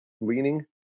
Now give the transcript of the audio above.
leaning